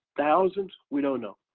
thousands? we don't know.